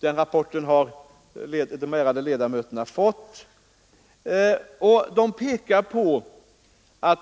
Den rapporten har de ärade ledamöterna fått. Expertgruppen pekar på att